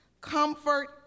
Comfort